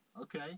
okay